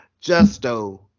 Justo